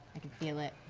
i can feel it.